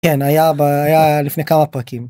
כן היה לפני כמה פרקים.